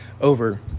over